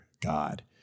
God